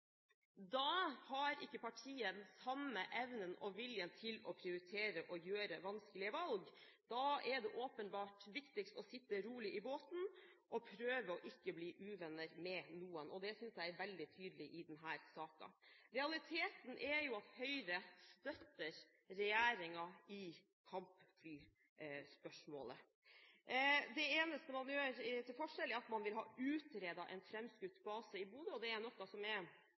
Da er det åpenbart viktigst å sitte rolig i båten og prøve å ikke bli uvenner med noen. Det synes jeg er veldig tydelig i denne saken. Realiteten er at Høyre støtter regjeringen i kampflyspørsmålet. Den eneste forskjellen er at man vil ha utredet en framskutt base i Bodø, noe som er